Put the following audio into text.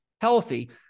healthy